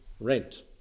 rent